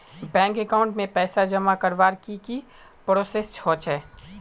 Bank account में पैसा जमा करवार की की प्रोसेस होचे?